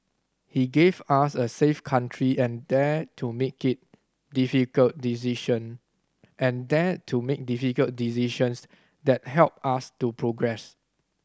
he gave us a safe country and dared to make it difficult decision and dared to make difficult decisions that helped us to progress